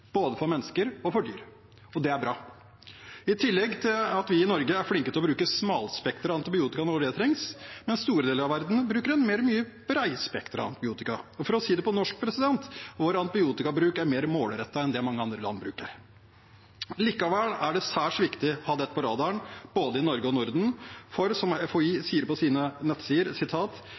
både for mennesker og for dyr. Det er bra. I tillegg er vi i Norge flinke til å bruke smalspektret antibiotika når det trengs, mens store deler av verden bruker en mye mer bredspektret antibiotika. For å si det på norsk: Vår antibiotikabruk er mer målrettet enn den i mange andre land. Likevel er det særs viktig å ha dette på radaren både i Norge og Norden, for som FHI sier på sine nettsider: